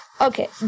Okay